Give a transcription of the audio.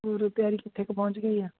ਹੋਰ ਤਿਆਰੀ ਕਿੱਥੇ ਕੁ ਪਹੁੰਚ ਗਈ ਹੈ